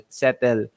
settle